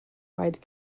wide